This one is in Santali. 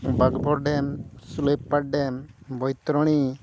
ᱵᱟᱸᱠᱵᱚᱲ ᱰᱮᱢ ᱥᱩᱞᱟᱹᱭᱯᱟᱲ ᱰᱮᱢ ᱵᱳᱭᱛᱨᱚᱱᱤ